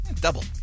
Double